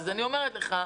אני אומרת לך,